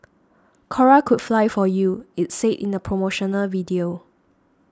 Cora could fly for you it said in a promotional video